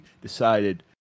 decided